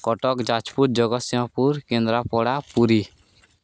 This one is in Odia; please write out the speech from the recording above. କଟକ ଯାଜପୁର ଜଗତସିଂହପୁର କେନ୍ଦ୍ରାପଡ଼ା ପୁରୀ